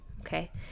Okay